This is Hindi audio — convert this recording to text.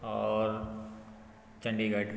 और चंडीगढ़